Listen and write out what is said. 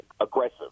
aggressive